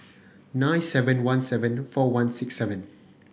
nine seven one seven four one six seven